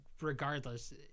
regardless